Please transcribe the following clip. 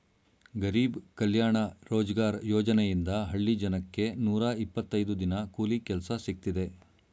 ಗರಿಬ್ ಕಲ್ಯಾಣ ರೋಜ್ಗಾರ್ ಯೋಜನೆಯಿಂದ ಹಳ್ಳಿ ಜನಕ್ಕೆ ನೂರ ಇಪ್ಪತ್ತೈದು ದಿನ ಕೂಲಿ ಕೆಲ್ಸ ಸಿಕ್ತಿದೆ